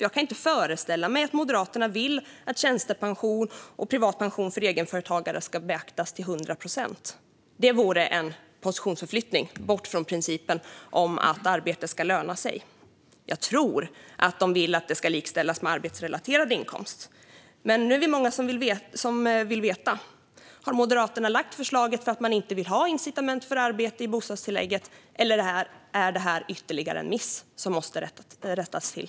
Jag kan inte föreställa mig att Moderaterna vill att tjänstepension och privat pension för egenföretagare ska beaktas till 100 procent. Det vore en positionsförflyttning bort från principen att arbete ska löna sig. Jag tror att de vill att det ska likställas med arbetsrelaterad inkomst. Men nu är vi många vill veta: Har Moderaterna lagt fram förslaget för att man inte vill ha incitament för arbete i bostadstillägget, eller är detta ytterligare en miss som måste rättas till?